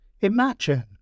Imagine